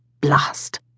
Blast